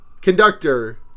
Conductor